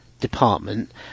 department